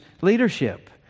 leadership